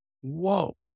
Whoa